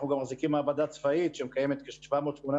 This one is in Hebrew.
אנחנו גם מחזיקים מעבדה צבאית שמקיימת כ-700-800